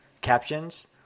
captions